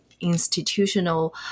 institutional